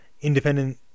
independent